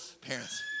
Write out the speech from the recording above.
parents